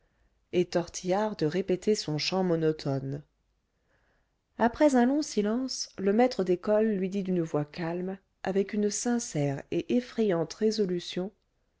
et tortillard de répéter son chant monotone après un long silence le maître d'école lui dit d'une voix calme avec une sincère et effrayante résolution